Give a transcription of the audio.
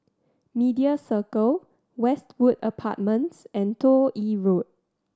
Media Circle Westwood Apartments and Toh Yi Road